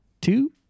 two